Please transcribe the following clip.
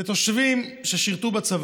אלה תושבים ששירתו בצבא,